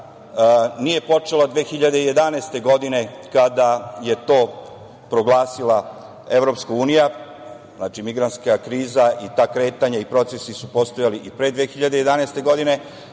nije počela 2011. godine, kada je to proglasila EU. Znači, migrantska kriza i ta kretanja i procesu su postojali i pre 2011. godine,